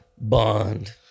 bond